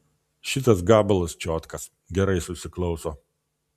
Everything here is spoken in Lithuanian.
šitas gabalas čiotkas gerai susiklauso